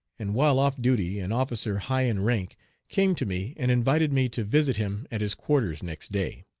and while off duty an officer high in rank came to me and invited me to visit him at his quarters next day.